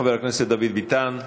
חבר הכנסת דוד ביטן,